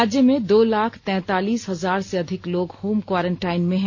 राज्य में दो लाख तैतालीस हजार से अधिक लोग होम क्वारंटाइन में हैं